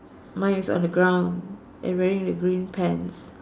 mine is on the ground and wearing the green pants